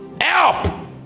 help